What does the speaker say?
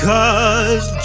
Cause